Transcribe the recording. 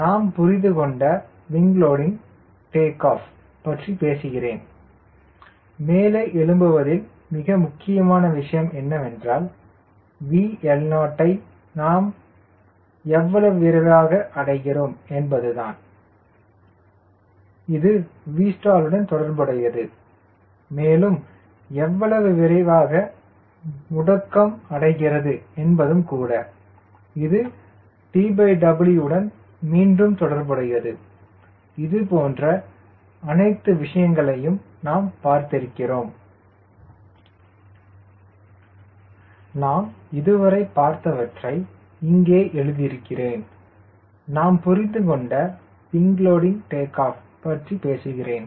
நாம் புரிந்துகொண்ட wing loading takeoff பற்றி பேசுகிறேன்